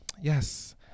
yes